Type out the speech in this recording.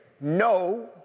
no